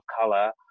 color